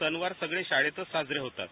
सणवार सगळे शाळेतच साजरे होतात